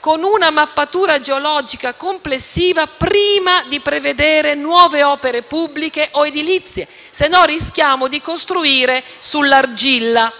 con una mappatura geologica complessiva, prima di prevedere nuove opere pubbliche o edilizie? Altrimenti richiamo di costruire sull'argilla.